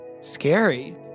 Scary